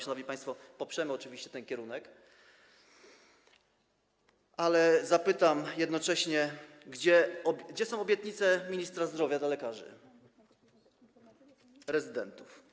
Szanowni państwo, poprzemy oczywiście ten kierunek, ale zapytam jednocześnie: Gdzie są obietnice ministra zdrowia dla lekarzy rezydentów?